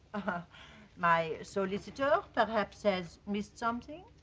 haha my solicitor perhaps has missed something?